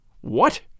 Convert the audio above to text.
What